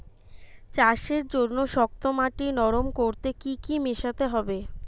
চাষের জন্য শক্ত মাটি নরম করতে কি কি মেশাতে হবে?